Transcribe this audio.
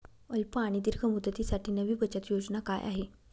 अल्प आणि दीर्घ मुदतीसाठी नवी बचत योजना काय आहे?